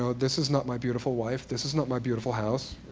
so this is not my beautiful wife. this is not my beautiful house.